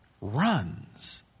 runs